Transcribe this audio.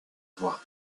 voie